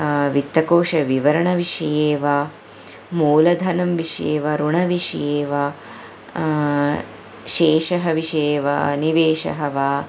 वित्तकोश विवरणविषये वा मूलधनं विषये वा ऋणविषये वा शेषः विषये वा निवेशः वा